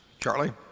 Charlie